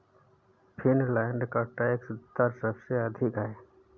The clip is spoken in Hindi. फ़िनलैंड का टैक्स दर सबसे अधिक है